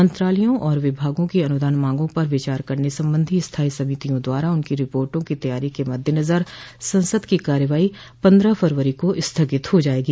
मंत्रालयों और विभागों की अनुदान मांगों पर विचार करने संबंधी स्थायी समितियों द्वारा उनकी रिर्पोटों की तैयारी के मद्देनजर संसद की कार्यवाही पन्द्रह फरवरी को स्थगित हो जायेगी